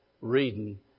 reading